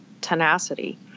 tenacity